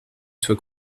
soit